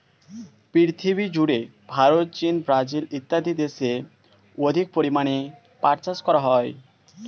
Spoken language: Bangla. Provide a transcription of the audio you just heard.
পৃথিবীজুড়ে ভারত, চীন, ব্রাজিল ইত্যাদি দেশে অধিক পরিমাণে পাট চাষ করা হয়